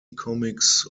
comics